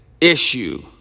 issue